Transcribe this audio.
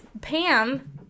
pam